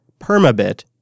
Permabit